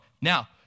Now